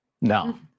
No